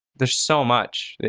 there's so much.